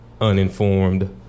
uninformed